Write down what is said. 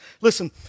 listen